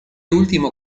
último